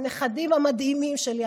הנכדים המדהימים שלי,